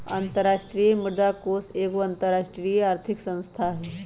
अंतरराष्ट्रीय मुद्रा कोष एगो अंतरराष्ट्रीय आर्थिक संस्था हइ